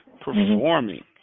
performing